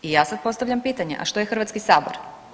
I ja sad postavljam pitanje a što je Hrvatski sabor?